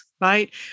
right